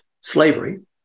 slavery